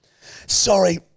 Sorry